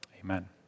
Amen